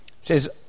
Says